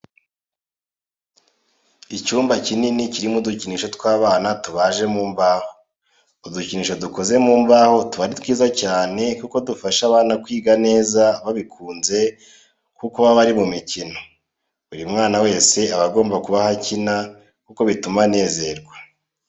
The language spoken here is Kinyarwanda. Icyumba kinini kirimo udukinisho tw'abana tubaje mu mbaho. Udukinisho dukoze mu mbaho tuba ari twiza cyane kuko dufasha abana kwiga neza babikunze, kuko baba bari mu mikino. Buri mwana wese aba agomba kubaho akina, kuko bituma anezerwa.